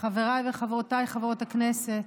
חבריי וחברותיי חברות הכנסת,